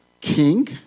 king